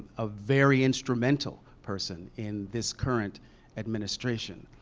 a very instrumental person in this current administration.